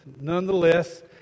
nonetheless